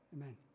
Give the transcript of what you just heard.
Amen